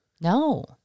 No